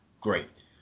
great